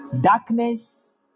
darkness